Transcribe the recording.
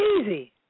easy